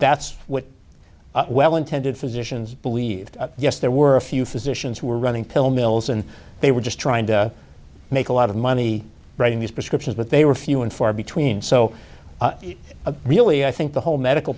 that's what well intended physicians believed yes there were a few physicians who were running pill mills and they were just trying to make a lot of money writing these prescriptions but they were few and far between so really i think the whole medical